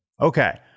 Okay